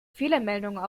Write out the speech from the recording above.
fehlermeldung